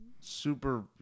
Super